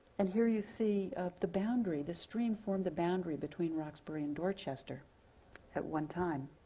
and here you see the boundary. the stream formed the boundary between roxbury and dorchester at one time.